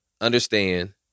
Understand